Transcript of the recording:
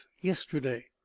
yesterday